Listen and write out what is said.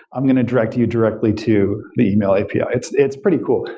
i'm going to direct you directly to the email api. ah it's it's pretty cool.